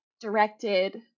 directed